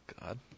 God